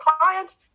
client